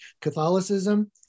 Catholicism